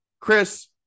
Chris